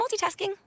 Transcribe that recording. multitasking